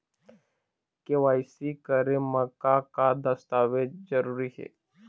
KYC करे म का का दस्तावेज जरूरी हे?